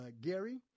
Gary